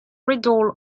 riddle